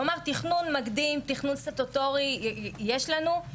כלומר, תכנון מקדים, תכנון סטטוטורי יש לנו.